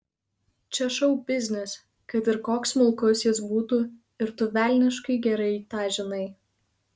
čia šou biznis kad ir koks smulkus jis būtų ir tu velniškai gerai tą žinai